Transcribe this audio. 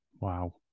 Wow